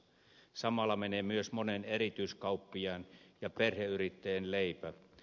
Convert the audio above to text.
samalla menee myös monen erityiskauppiaan ja perheyrittäjän leipä